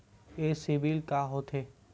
ये सीबिल का होथे?